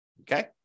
Okay